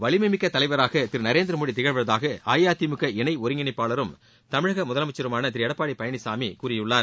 வலிமை மிக்க தலைவராக திரு நரேந்திர மோடி திகழ்வதாக அஇஅதிமுக இணை ஒருங்கிணைப்பாளரும் முதலமைச்சருமான திரு எடப்பாடி பழனிசாமி கூறியுள்ளார்